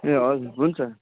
ए हजुर हुन्छ